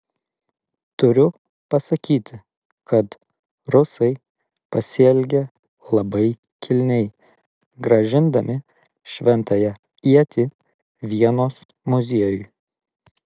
turiu pasakyti kad rusai pasielgė labai kilniai grąžindami šventąją ietį vienos muziejui